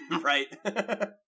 Right